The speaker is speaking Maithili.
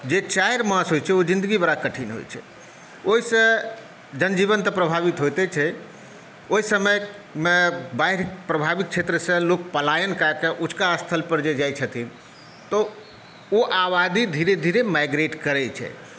जे चारि मास होइत छै ओ जिन्दगी बड़ा कठिन होइत छै ओहिसँ जनजीवन तऽ प्रभावित होइते छै ओहि समयमे बाढ़ि प्रभावित क्षेत्रसँ लोक पलायन कए कऽ उँचका स्थलपर जे जाइत छथिन तऽ ओ आबादी धीरे धीरे माइग्रेट करैत छथि